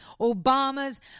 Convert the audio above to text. Obama's